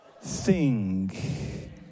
sing